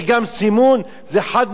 זה חד-משמעי,